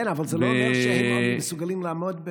כן, אבל זה לא אומר שהם מסוגלים לעמוד,